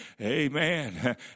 Amen